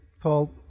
Paul